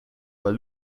war